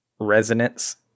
resonance